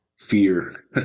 fear